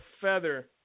feather